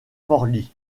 forlì